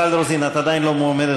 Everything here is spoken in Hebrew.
אני אמרתי משהו לא נכון?